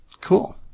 Cool